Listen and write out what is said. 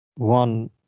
one